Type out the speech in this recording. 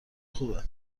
خوبه